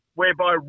whereby